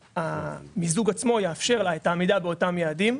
המיזוג עצמו יאפשר לה עמידה באותם יעדים,